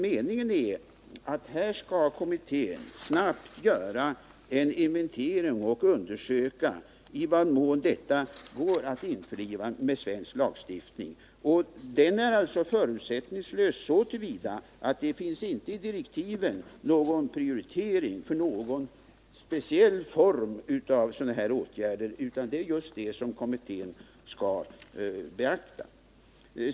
Meningen är att kommittén snabbt skall göra en inventering och undersöka i vad mån olika alternativ går att införliva med svensk lagstiftning. Utredningen är alltså förutsättningslös så till vida att det i direktiven inte finns någon prioritering för en speciell form av sådana här åtgärder, utan det är just det som kommittén skall beakta.